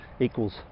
equals